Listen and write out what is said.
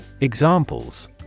Examples